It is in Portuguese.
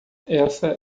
essa